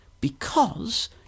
Because